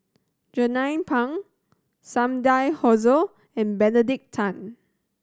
Jernnine Pang Sumida Haruzo and Benedict Tan